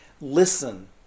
listen